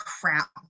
crap